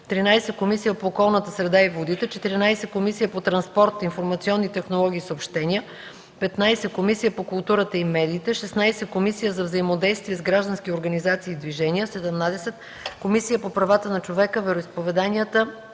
13. Комисия по околната среда и водите; 14. Комисия по транспорт, информационни технологии и съобщения; 15. Комисия по културата и медиите; 16. Комисия за взаимодействие с граждански организации и движения; 17. Комисия по правата на човека, вероизповеданията